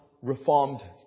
reformed